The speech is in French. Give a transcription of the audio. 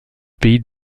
pays